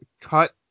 cut